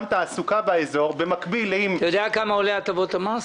לתעסוקה באזור --- אתה יודע כמה עולות הטבות המס,